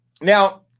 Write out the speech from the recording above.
Now